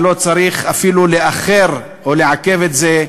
ולא צריך אפילו לאחר או לעכב את זה.